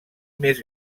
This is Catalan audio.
més